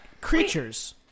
creatures